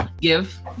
give